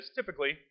typically